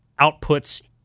outputs